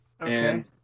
Okay